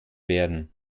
werden